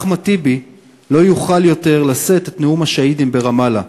אחמד טיבי לא יוכל יותר לשאת את נאום השהידים ברמאללה,